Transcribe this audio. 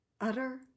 utter